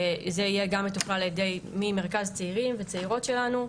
שזה יהיה גם מטופל ממרכז צעירים וצעירות שלנו,